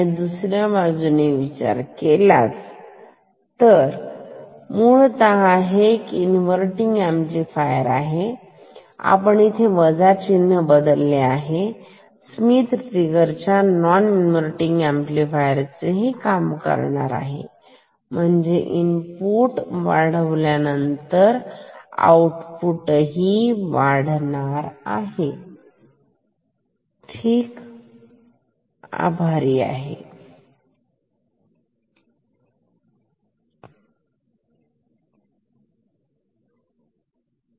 दुसऱ्या बाजूने विचार केला तर मुळतः हे इन्वर्तींग अंपलिफायर आहे इथे आपण अधिक वजा चिन्ह बदलले आहेत हे स्मिथ ट्रिगर च्या नॉन इन्वर्तींग अंपलिफायर चे काम करेल म्हणजे इनपुट वाढल्यानंतर आऊटपुट वाढेल